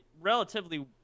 relatively